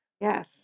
Yes